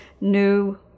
New